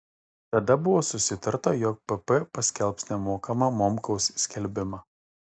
tada buvo susitarta jog pp paskelbs nemokamą momkaus skelbimą